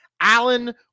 Allen